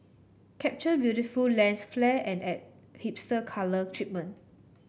capture beautiful lens flare and add hipster colour treatment